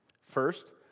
First